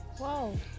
Whoa